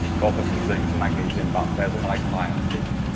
copper, some zinc, some magnesium but there's a nice iron peak.